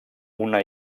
una